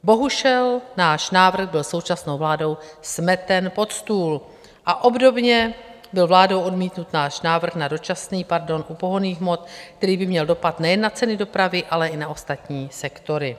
Bohužel náš návrh byl současnou vládou smeten pod stůl a obdobně byl vládou odmítnut náš návrh na dočasný pardon u pohonných hmot, který by měl dopad nejen na ceny dopravy, ale i na ostatní sektory.